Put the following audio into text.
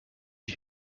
die